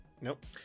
Nope